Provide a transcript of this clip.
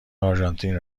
آرژانتین